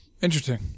Interesting